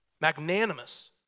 magnanimous